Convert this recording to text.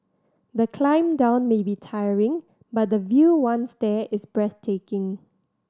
the climb down may be tiring but the view once there is breathtaking